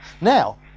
Now